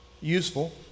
Useful